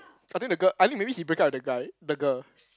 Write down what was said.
I think the girl I think maybe he break up with the guy the girl